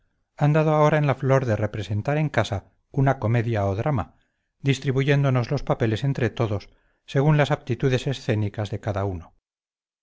han dado ahora en la flor de representar en casa una comedia o drama distribuyéndonos los papeles entre todos según las aptitudes escénicas de cada uno